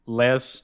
less